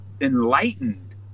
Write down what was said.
enlightened